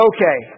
Okay